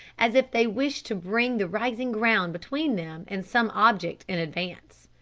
as if they wished to bring the rising ground between them and some object in advance.